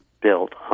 built